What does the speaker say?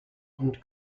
und